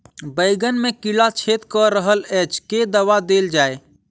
बैंगन मे कीड़ा छेद कऽ रहल एछ केँ दवा देल जाएँ?